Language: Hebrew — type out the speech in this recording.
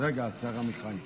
אז רגע, השר עמיחי.